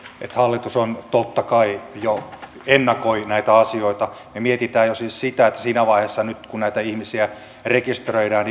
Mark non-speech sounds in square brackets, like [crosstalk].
että hallitus on totta kai jo ennakoinut näitä asioita me mietimme jo siis sitä voisiko nyt siinä yhteydessä kun näitä ihmisiä rekisteröidään [unintelligible]